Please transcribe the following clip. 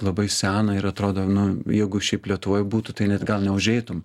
labai sena ir atrodo nu jeigu šiaip lietuvoj būtų tai net gal neužeitum